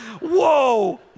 Whoa